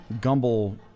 Gumble